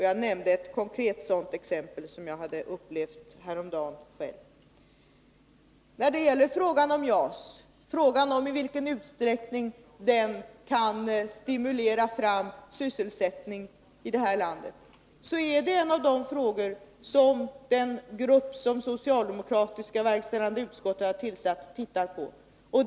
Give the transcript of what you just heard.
Jag nämnde ett konkret exempel på detta som jag häromdagen själv upplevt. Frågan omi vilken utsträckning JAS kan stimulera fram sysselsättning i det här landet är en av de frågor som den grupp som det socialdemokratiska partiets verkställande utskott tillsatt har att titta på.